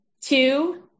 two